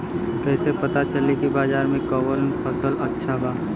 कैसे पता चली की बाजार में कवन फसल अच्छा बा?